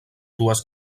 dues